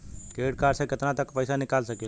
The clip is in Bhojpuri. क्रेडिट कार्ड से केतना तक पइसा निकाल सकिले?